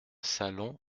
salon